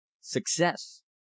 success